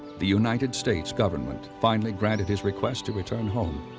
the united states government finally granted his request to return home.